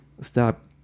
stop